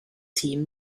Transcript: team